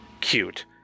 cute